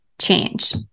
change